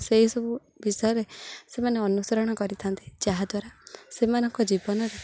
ସେଇସବୁ ବିଷୟରେ ସେମାନେ ଅନୁସରଣ କରିଥାନ୍ତି ଯାହାଦ୍ୱାରା ସେମାନଙ୍କ ଜୀବନରେ